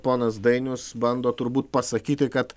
ponas dainius bando turbūt pasakyti kad